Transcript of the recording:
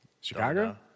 Chicago